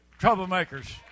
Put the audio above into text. troublemakers